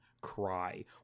cry